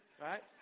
Right